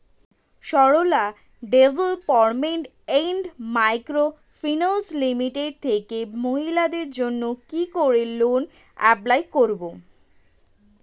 Sarala development and micro finance limited থেকে মহিলাদের জন্য কি করে লোন এপ্লাই করব?